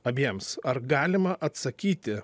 abiems ar galima atsakyti